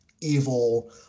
evil